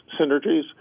synergies